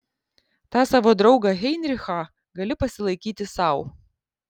tą savo draugą heinrichą gali pasilaikyti sau